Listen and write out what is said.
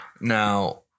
Now